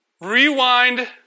Rewind